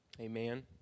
Amen